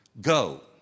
Go